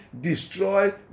destroy